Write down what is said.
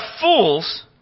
fools